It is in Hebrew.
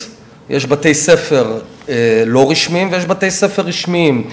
גם בציונות הדתית יש בתי-ספר לא רשמיים ויש בתי-ספר רשמיים.